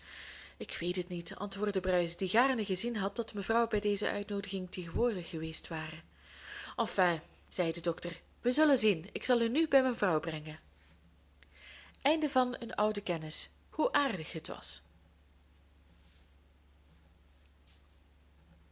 ik weet niet antwoordde bruis die gaarne gezien had dat mevrouw bij deze uitnoodiging tegenwoordig geweest ware enfin zei de dokter wij zullen zien ik zal u nu bij mijn vrouw brengen hoe voortreffelijk zij was